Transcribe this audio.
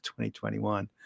2021